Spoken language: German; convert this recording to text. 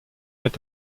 mit